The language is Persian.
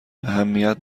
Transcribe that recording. اهمیت